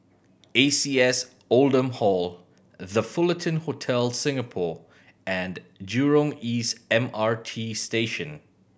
A C S Oldham Hall The Fullerton Hotel Singapore and Jurong East M R T Station